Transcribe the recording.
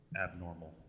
abnormal